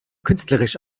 künstlerisch